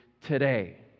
today